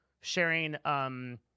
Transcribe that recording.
sharing